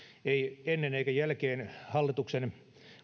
ei ennen eikä jälkeen hallituksen